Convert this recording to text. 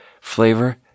Flavor